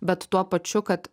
bet tuo pačiu kad